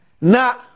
Na